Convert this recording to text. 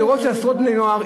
ולראות שעשרות בני-נוער,